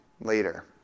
later